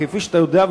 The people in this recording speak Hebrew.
כפי שאתה יודע,